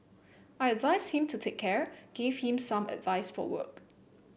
I advised him to take care gave him some advice for work